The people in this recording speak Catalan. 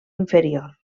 inferior